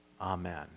Amen